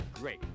great